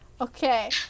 okay